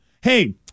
Hey